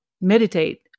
meditate